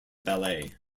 ballet